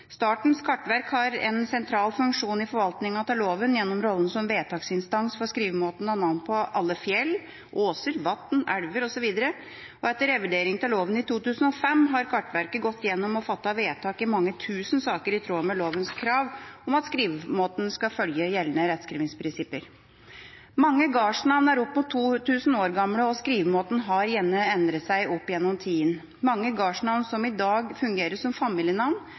Statens kartverk har en sentral funksjon i forvaltninga av loven gjennom rollen som vedtaksinstans for skrivemåten av navn på alle fjell, åser, vatn, elver osv. Etter revidering av loven i 2005 har kartverket gått igjennom og fattet vedtak i mange tusen saker, i tråd med lovens krav om at skrivemåten skal følge gjeldende rettskrivingsprinsipper. Mange gårdsnavn er opp mot 2 000 år gamle, og skrivemåten har gjerne endret seg opp gjennom tidene. Mange gårdsnavn som i dag fungerer som familienavn,